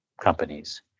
companies